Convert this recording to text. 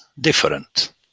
different